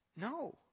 No